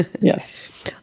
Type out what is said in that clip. Yes